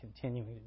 continuing